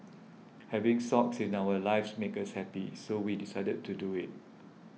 having Socks in our lives makes us happy so we decided to do it